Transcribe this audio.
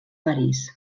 parís